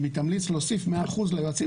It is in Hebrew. אם היא תמליץ להוסיף 100% ליועצים